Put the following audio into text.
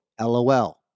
LOL